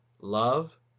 love